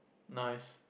nice